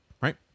right